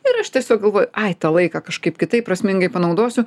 ir aš tiesiog galvoju ai tą laiką kažkaip kitaip prasmingai panaudosiu